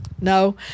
No